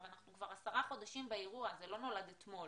אנחנו כבר עשרה חודשים באירוע זה לא נולד אתמול.